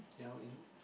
they're all in